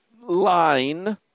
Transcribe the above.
line